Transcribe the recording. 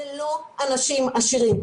אלה לא אנשים עשירים,